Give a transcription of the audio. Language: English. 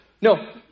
No